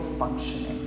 functioning